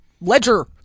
ledger